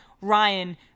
Ryan